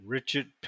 Richard